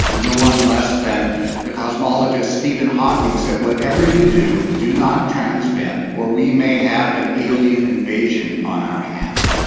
no one less than the cosmologist stephen hawking said, whatever you do, do not transmit or we may have an alien invasion on our hands.